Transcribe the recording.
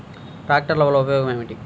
ట్రాక్టర్ల వల్ల ఉపయోగం ఏమిటీ?